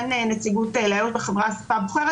אין נציגות לאיו"ש בחברי האספה הבוחרת